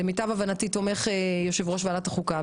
למיטב הבנתי, תומך יושב ראש ועדת החוקה.